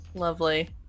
Lovely